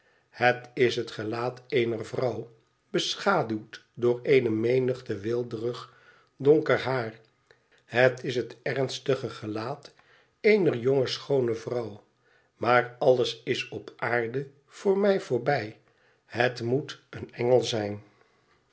het is het gelaat eener vrouw beschaduwd door eene menigte weelderig donker haar het is het ernstige gelaat eener jonge schooue vrouw maar alles is op aarde voor mij voorbij het moet een engel zijn